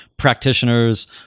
practitioners